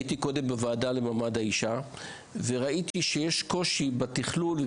הייתי קודם בוועדה למעמד האישה וראיתי שיש קושי בתכלול,